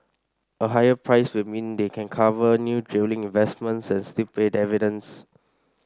a higher price will mean they can cover new drilling investments and still pay dividends